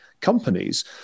companies